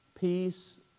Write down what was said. peace